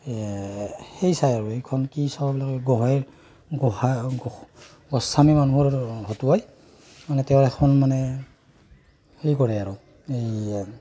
সেই চায় আৰু এইখন কি চোৱা বুলি কয় গহেই গোঁসাই গোস্বামী মানুহৰ হতুৱাই মানে তাতে এখন মানে সেই কৰে আৰু এইয়া